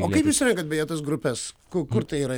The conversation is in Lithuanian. o kaip jūs surenkat beje tas grupes ku kur tai yra